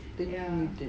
turn mutant